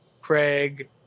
Craig